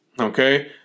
Okay